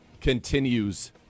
continues